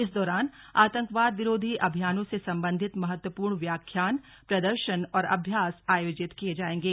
इस दौरान आतंकवाद विरोधी अभियानों से संबंधित महत्वपूर्ण व्याख्यान प्रदर्शन और अभ्यास आयोजित किये जाएंगे